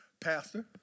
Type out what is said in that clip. Pastor